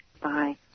Bye